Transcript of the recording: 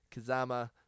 Kazama